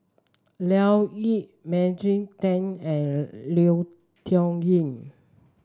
Leo Yip Maggie Teng and Lui Tuck Yew